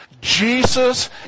Jesus